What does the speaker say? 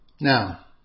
Now